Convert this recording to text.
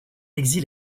exil